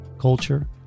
culture